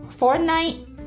Fortnite